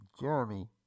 Jeremy